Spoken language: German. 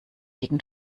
dicken